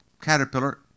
caterpillar